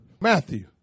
Matthew